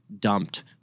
dumped